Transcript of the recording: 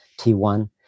T1